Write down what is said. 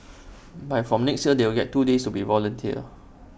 but from next year they will get two days to be volunteers